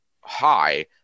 high